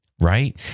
Right